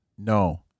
No